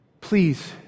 Please